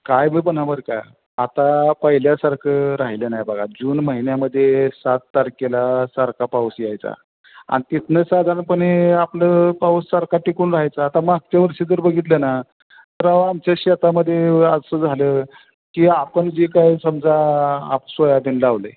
काय बी म्हणा बरं का आता पहिल्यासारखं राहिलं नाही बघा जून महिन्यामध्ये सात तारखेला सारखा पाऊस यायचा आणि तिथून साधारणपने आपलं पाऊस सारखा टिकून राहायचा आता मागच्या वर्षी जर बघितलं ना तर आमच्या शेतामध्ये असं झालं की आपण जे काय समजा आपसोयाबीन लावलं आहे